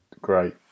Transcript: Great